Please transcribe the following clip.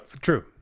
True